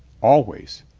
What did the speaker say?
always.